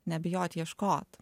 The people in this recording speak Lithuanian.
nebijot ieškot